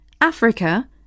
Africa